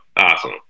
awesome